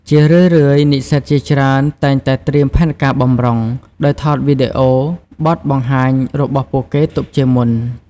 ជារឿយៗ និស្សិតជាច្រើនតែងតែត្រៀមផែនការបម្រុង ដោយថតវីដេអូបទបង្ហាញរបស់ពួកគេទុកជាមុន។